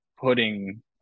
putting